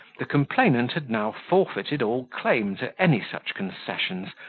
the complainant had now forfeited all claim to any such concessions,